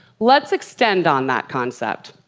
let's extend on that concept.